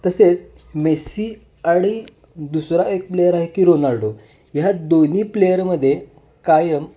तसेच मेस्सी आणि दुसरा एक प्लेयर आहे की रोनाल्डो ह्या दोन्ही प्लेयरमध्ये कायम